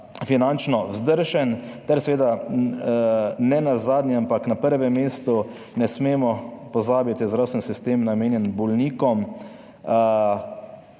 finančno vzdržen ter seveda nenazadnje, ampak na prvem mestu ne smemo pozabiti, da je zdravstveni sistem namenjen bolnikom